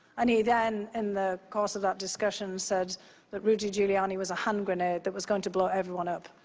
and he then, in the course of that discussion, said that rudy giuliani was a hand grenade that was going to blow everyone up.